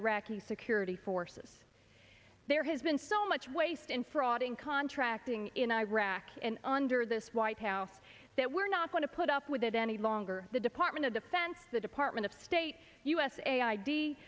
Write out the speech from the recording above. iraqi security forces there has been so much waste and fraud in contracting in iraq and under this white house that we're not going to put up with it any longer the department of defense the department of state us a i